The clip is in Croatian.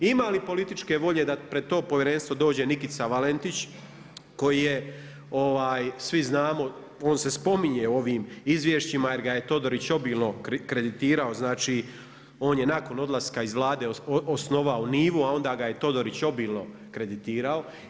Ima li političke volje da pred to povjerenstvo dođe Nikica Valentić koji je, svi znamo, on se spominje u ovim izvješćima jer ga je Todorić obilno kreditirao, znači on je nakon odlaska iz Vlade osnovao „Niva-u“ a onda ga je Todorić obilno kreditirao?